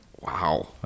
Wow